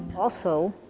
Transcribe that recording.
also,